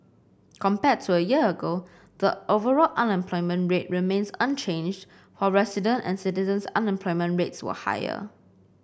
compared to a year ago the overall unemployment rate remained unchanged while resident and citizen unemployment rates were higher